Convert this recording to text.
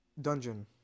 dungeon